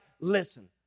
listen